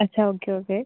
अच्छा okay okay